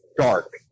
dark